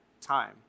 time